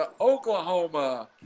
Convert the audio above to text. Oklahoma